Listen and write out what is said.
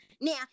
Now